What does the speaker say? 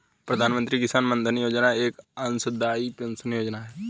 प्रधानमंत्री किसान मानधन योजना एक अंशदाई पेंशन योजना है